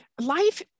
life